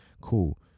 cool